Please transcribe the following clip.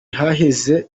haheze